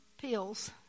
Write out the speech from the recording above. pills